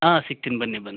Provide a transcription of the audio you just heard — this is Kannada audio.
ಹಾಂ ಸಿಗ್ತಿನಿ ಬನ್ನಿ ಬನ್ನಿ